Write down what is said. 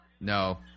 No